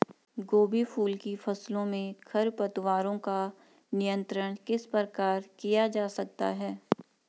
गोभी फूल की फसलों में खरपतवारों का नियंत्रण किस प्रकार किया जा सकता है?